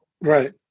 Right